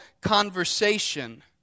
conversation